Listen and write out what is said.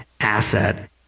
asset